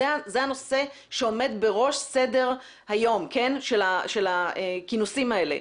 זה הנושא שעומד בראש הסדר של הכינוסים האלה.